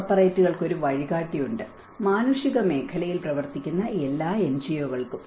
കോർപ്പറേറ്റുകൾക്ക് ഒരു വഴികാട്ടിയുണ്ട് മാനുഷിക മേഖലയിൽ പ്രവർത്തിക്കുന്ന എല്ലാ എൻജിഒകൾക്കും